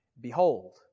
Behold